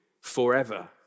forever